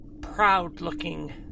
proud-looking